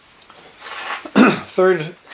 Third